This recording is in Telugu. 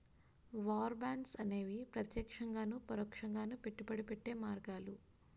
వార్ బాండ్స్ అనేవి ప్రత్యక్షంగాను పరోక్షంగాను పెట్టుబడి పెట్టే మార్గాలు